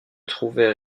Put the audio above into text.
trouvaient